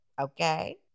Okay